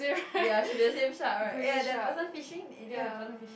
ya should be the same shark right eh ya that person fishing eh do you have a person fishing